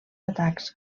atacs